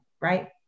right